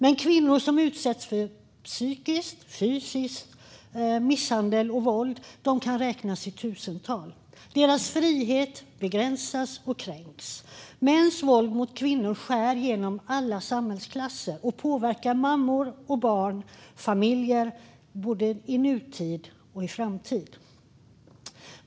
Men kvinnor som psykiskt eller fysiskt utsätts för misshandel och våld kan räknas i tusental. Deras frihet begränsas och kränks. Mäns våld mot kvinnor skär genom alla samhällsklasser och påverkar mammor, barn och familjer både i nutid och i framtid.